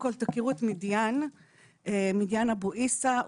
תכירו את מדיאן אבו עיסא,